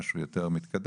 משהו יותר מתקדם,